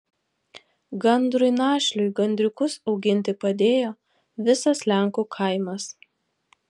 gandrui našliui gandriukus auginti padėjo visas lenkų kaimas